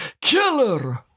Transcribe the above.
Killer